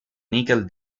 nigel